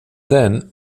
then